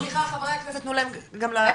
סליחה ח"כ, תנו להם גם להשיב.